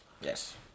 Yes